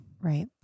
Right